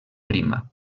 prima